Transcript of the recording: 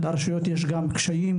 ברשויות יש כל מיני קשיים,